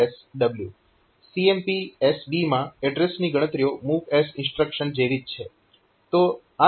CMPSB માં એડ્રેસની ગણતરીઓ MOVS ઇન્સ્ટ્રક્શન જેવી જ છે